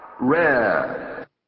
rare